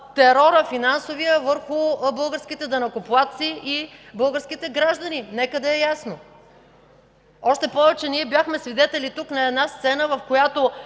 за финансовия терор върху българските данъкоплатци и българските граждани. Нека да е ясно! Още повече ние бяхме свидетели тук на една сцена, в която